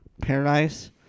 paradise